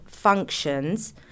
functions